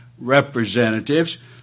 representatives